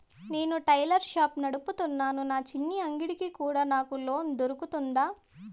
నేను tailor shop నడుపుతున్నాను, నా చిన్న అంగడి కి కూడా నాకు లోను దొరుకుతుందా?